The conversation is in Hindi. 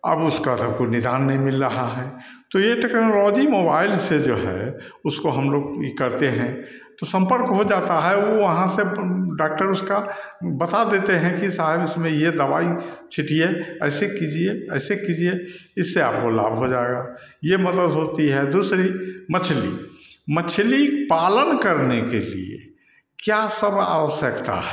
अब उसका कोई कुछ निदान नहीं मिल रहा है तो यह टेक्नोलॉजी मोबाइल से जो है उसको हमलोग यह करते हैं तो सम्पर्क हो जाता है वहाँ से डॉक्टर उसका बता देते हैं कि साहब इसमे यह दवाई छींटिए ऐसे कीजिए ऐसे कीजिए इससे आपको लाभ हो जाएगा यह मदद होती है दूसरी मछली मछली पालन करने के लिए क्या सब आवश्यकता है